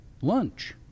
lunch